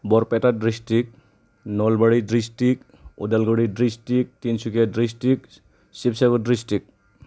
Barpeta district Nalbari district Udalguri district Tinsukia district Sibsagar district